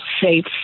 safe